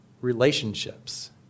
relationships